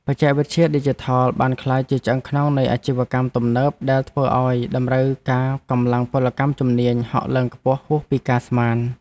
បច្ចេកវិទ្យាឌីជីថលបានក្លាយជាឆ្អឹងខ្នងនៃអាជីវកម្មទំនើបដែលធ្វើឱ្យតម្រូវការកម្លាំងពលកម្មជំនាញហក់ឡើងខ្ពស់ហួសពីការស្មាន។